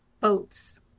Boats